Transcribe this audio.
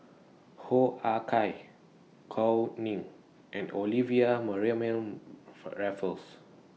Hoo Ah Kay Gao Ning and Olivia Mariamne Raffles